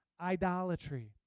idolatry